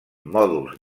mòduls